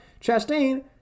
Chastain